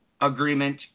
agreement –